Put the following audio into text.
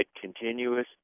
continuous